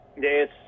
Yes